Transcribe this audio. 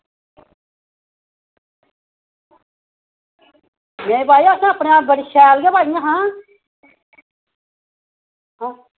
नेईं भाई असें अपने आसेआ शैल गै पाइयां हियां